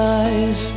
eyes